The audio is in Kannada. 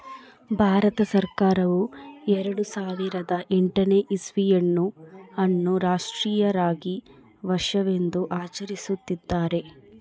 ಭಾರತ ಸರ್ಕಾರವು ಎರೆಡು ಸಾವಿರದ ಎಂಟನೇ ಇಸ್ವಿಯನ್ನು ಅನ್ನು ರಾಷ್ಟ್ರೀಯ ರಾಗಿ ವರ್ಷವೆಂದು ಆಚರಿಸುತ್ತಿದ್ದಾರೆ